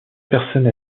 personnes